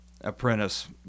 apprentice